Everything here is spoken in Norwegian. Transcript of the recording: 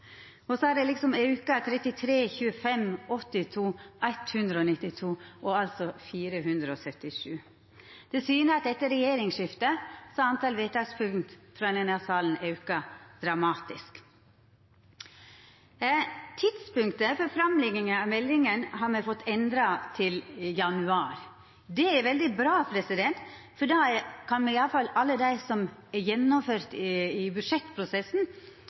og altså 477. Det syner at etter regjeringsskiftet har talet på vedtakspunkt frå denne salen auka dramatisk. Tidspunktet for framlegginga av meldinga har me fått endra til januar. Det er veldig bra, for då kan me i alle fall kvittera ut alle dei som er gjennomførte i budsjettprosessen.